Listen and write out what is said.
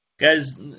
guys